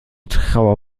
trauer